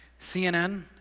CNN